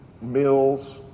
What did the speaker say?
meals